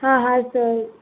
હા હા સર